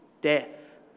death